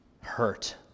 hurt